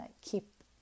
keep